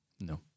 No